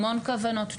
המון כוונות טובות,